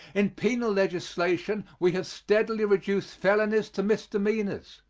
in penal legislation we have steadily reduced felonies to misdemeanors,